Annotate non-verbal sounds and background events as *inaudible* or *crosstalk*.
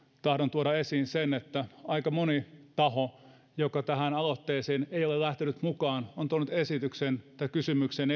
tahdon tuoda esiin sen että aika moni taho joka tähän aloitteeseen ei ole lähtenyt mukaan on tuonut esiin kysymyksen *unintelligible*